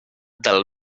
del